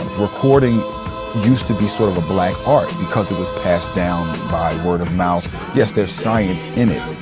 recording use to be sort of a black art, because it was passed down by word of mouth. yes, there's science in it,